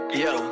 yo